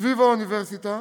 סביב האוניברסיטה,